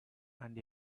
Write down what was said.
and